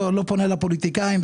אני לא פונה לפוליטיקאים.